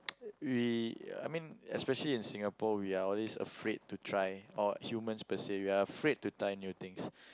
we I mean especially in Singapore we are always afraid to try or humans per se we are afraid to try new things